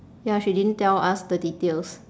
ya she didn't tell us the details